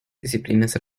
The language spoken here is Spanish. disciplinas